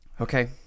Okay